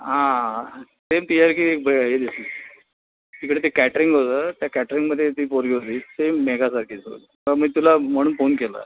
हां सेम तिच्यासारखी एक बही हे दिसली तिकडे ते कॅटरिंग होतं त्या कॅटरिंगमध्ये ती पोरगी होती सेम मेघासारखी दिसत होती तर मी तुला म्हणून फोन केला